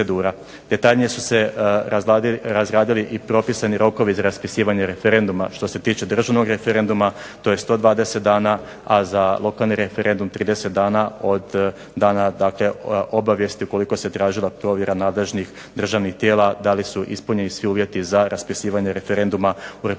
Detaljnije su se razradili i propisani rokovi za raspisivanje referenduma. Što se tiče državnog referenduma to je 120 dana, a za lokalni referendum 30 dana od dana obavijesti ukoliko se tražila provjera nadležnih državnih tijela da li su ispunjeni svi uvjeti za raspisivanje referenduma u RH.